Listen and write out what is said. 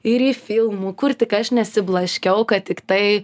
ir į filmų kur tik aš nesiblaškiau kad tiktai